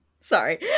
sorry